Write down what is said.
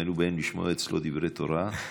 היינו באים לשמוע אצלו דברי תורה.